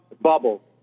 bubble